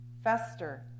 Fester